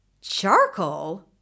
Charcoal